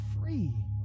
free